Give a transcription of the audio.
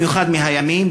במיוחד מהימין,